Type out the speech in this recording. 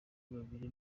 babiri